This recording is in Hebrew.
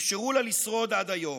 ואפשרו לה לשרוד עד היום.